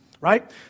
right